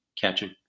catching